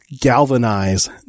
galvanize